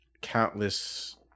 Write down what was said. countless